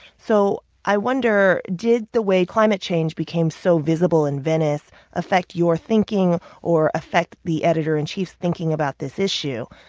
so i wonder, did the way climate change became so visible in venice affect your thinking or affect the editor-in-chief's thinking about this issue,